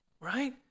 Right